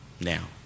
now